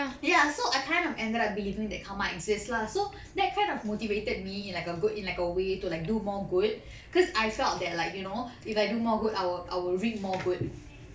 ya so I kind of ended up believing that karma exist lah so that kind of motivated me in like a good in like a way to like do more good cause I felt that like you know if I do more good I'll I'll reap more good